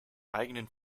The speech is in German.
eigenen